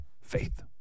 Faith